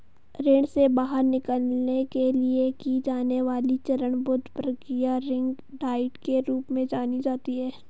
ऋण से बाहर निकलने के लिए की जाने वाली चरणबद्ध प्रक्रिया रिंग डाइट के रूप में जानी जाती है